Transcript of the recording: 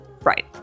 Right